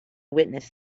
witness